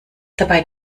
dabei